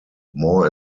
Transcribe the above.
more